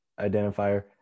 identifier